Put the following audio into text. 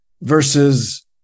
versus